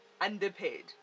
Underpaid